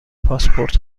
پاسپورت